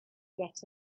get